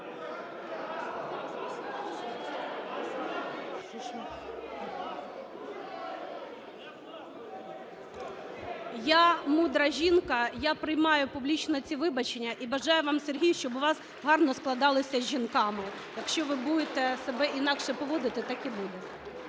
- мудра жінка і приймаю публічно ці вибачення, і бажаю вам, Сергію, щоб у вас гарно складалося з жінками. Якщо ви будете себе інакше поводити, так і буде.